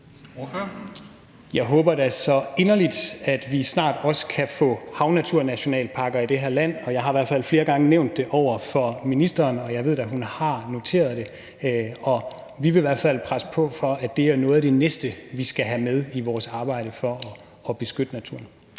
Jeg håber da så inderligt, at vi snart også kan få havnaturnationalparker i det her land, og jeg har i hvert fald flere gange nævnt det over for ministeren, og jeg ved da, at hun har noteret det. Vi vil i hvert fald presse på for, at det er noget af det næste, vi skal have med i vores arbejde for at beskytte naturen.